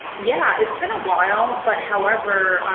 yeah it's been a while, but however,